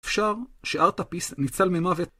אפשר שארטפיס ניצל ממוות.